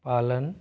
पालन